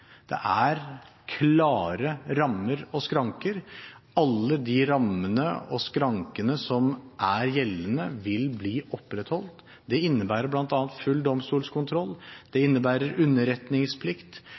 Det er klare rammer og skranker. Alle rammene og skrankene som er gjeldende, vil bli opprettholdt. Det innebærer bl.a. full domstolskontroll, det